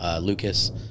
Lucas